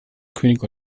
könig